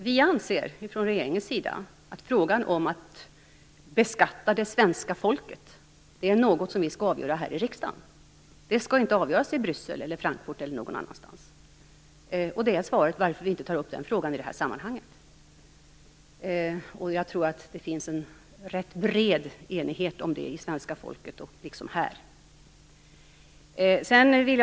Herr talman! Vi anser från regeringens sida att frågan om att beskatta det svenska folket skall avgöras här i riksdagen. Den frågan skall inte avgöras i Bryssel, Frankfurt eller någon annanstans. Det är svaret varför vi inte har tagit upp den frågan i det här sammanhanget. Jag tror att det finns en rätt bred enighet om denna fråga hos svenska folket liksom här i riksdagen.